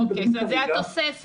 אוקיי, זה התוספת.